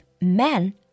men